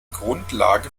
grundlage